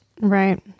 right